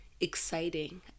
exciting